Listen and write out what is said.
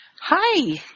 Hi